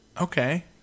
Okay